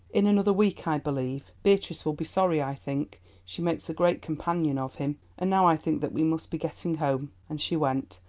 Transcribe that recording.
in another week, i believe. beatrice will be sorry, i think she makes a great companion of him. and now i think that we must be getting home, and she went,